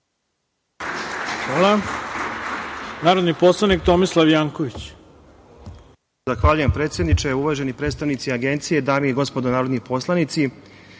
Hvala. Narodni poslanik Tomislav Janković